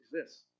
exists